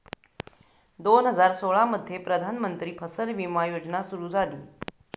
दोन हजार सोळामध्ये प्रधानमंत्री फसल विमा योजना सुरू झाली